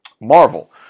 Marvel